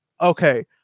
okay